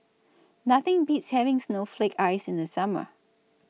Nothing Beats having Snowflake Ice in The Summer